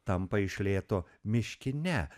tampa iš lėto miškine